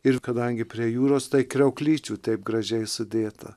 ir kadangi prie jūros tai kriauklyčių taip gražiai sudėta